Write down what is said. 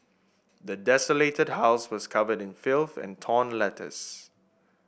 the desolated house was covered in filth and torn letters